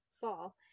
fall